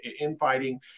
infighting